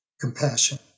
compassion